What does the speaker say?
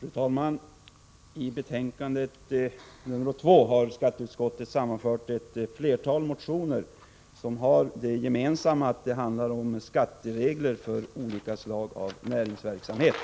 Fru talman! I betänkandet nr 2 har skatteutskottet sammanfört flera motioner som har det gemensamt att de handlar om skatteregler för olika slag av näringsverksamhet.